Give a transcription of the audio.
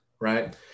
right